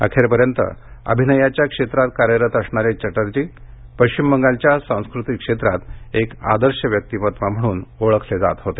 अखेरपर्यंत अभिनयाच्या क्षेत्रात कार्यरत असणारे चटर्जी पश्चिम बंगालच्या सांस्कृतिक क्षेत्रात एक आदर्श व्यक्तीमत्त्व म्हणून ओळखले जात होते